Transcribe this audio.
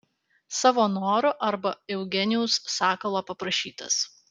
savo noru arba eugenijaus sakalo paprašytas